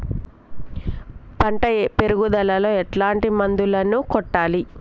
పంట పెరుగుదలలో ఎట్లాంటి మందులను కొట్టాలి?